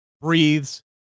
breathes